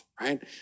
right